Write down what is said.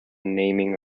naming